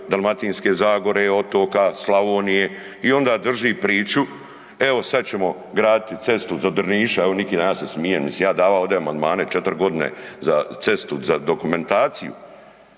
Dalmatinske zagore, otoka, Slavonije i onda drži priču, evo sad ćemo graditi cestu do Drništa, evo .../Govornik se ne razumije./... smije, nisam ja davao ovde amandmane 4 godine za cestu za dokumentaciju.